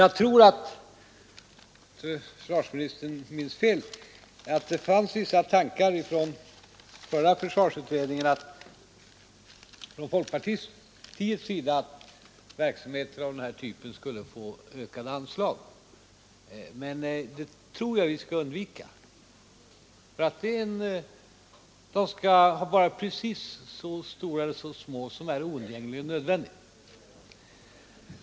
— Jag tror inte att försvarsministern minns fel när han påpekar att det inom den förra försvarsutredningen fanns vissa tankegångar från folkpartiets sida att verksamheter av den här typen skulle få ökade anslag. Enligt min mening skall vi undvika detta, för anslagen skall vara precis så stora eller så små som är oundgängligen nödvändigt.